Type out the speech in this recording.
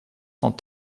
cent